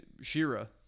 Shira